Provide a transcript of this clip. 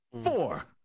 Four